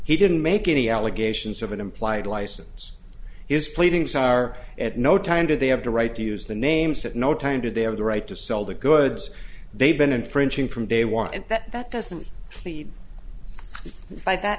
he didn't make any allegations of an implied license his pleadings are at no time did they have the right to use the names at no time do they have the right to sell the goods they've been infringing from day one that doesn't lead by that